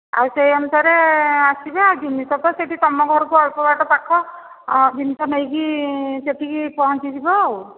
ଆଉ ସେହି ଅନୁସାରେ ଆସିବେ ଆଉ ଜିନିଷ ତ ସେଇଠି ତୁମ ଘରକୁ ଅଳ୍ପ ବାଟ ପାଖ ଆଉ ଜିନିଷ ନେଇକି ସେଠିକି ପହଞ୍ଚିଯିବ ଆଉ